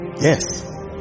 Yes